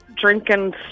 drinking